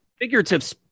figurative